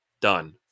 Done